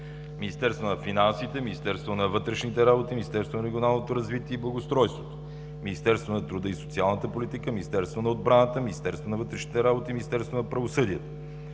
Министерство на финансите, Министерство на вътрешните работи, Министерство на регионалното развитие и благоустройството, Министерство на труда и социалната политика, Министерство на отбраната, Министерство на вътрешните работи, Министерство на правосъдието,